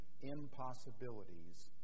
impossibilities